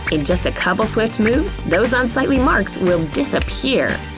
in just a couple swift moves, those unsightly marks will disappear!